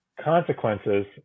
consequences